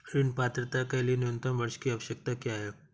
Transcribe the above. ऋण पात्रता के लिए न्यूनतम वर्ष की आवश्यकता क्या है?